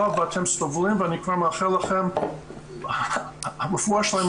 ואתן סובלות ואני מאחל לכן רפואה שלמה.